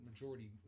majority